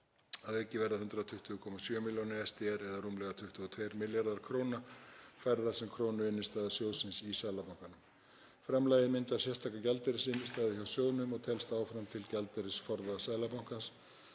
Að auki verða 120,7 milljónir SDR, eða rúmlega 22 milljarðar kr., færðar sem krónuinnstæða sjóðsins í Seðlabankanum. Framlagið myndar sérstaka gjaldeyrisinnstæðu hjá sjóðnum og telst áfram til gjaldeyrisforða Seðlabankans.